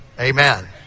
Amen